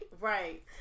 Right